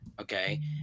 okay